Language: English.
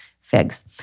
figs